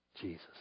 Jesus